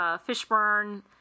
fishburn